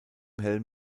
helm